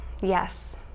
yes